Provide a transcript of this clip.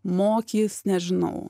mokys nežinau